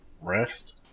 rest